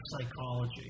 psychology